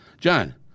John